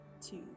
Two